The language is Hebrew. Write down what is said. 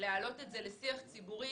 ולבקש להעלות את זה לשיח ציבורי.